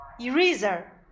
Eraser